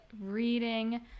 reading